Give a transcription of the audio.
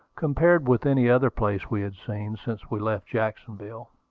compared with any other place we had seen since we left jacksonville.